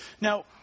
Now